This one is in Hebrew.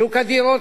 שוק הדירות,